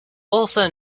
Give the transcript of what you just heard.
also